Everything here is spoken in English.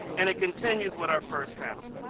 and it continues with our first panel.